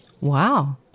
Wow